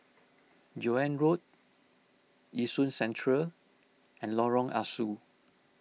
Joan Road Yishun Central and Lorong Ah Soo